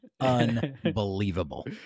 unbelievable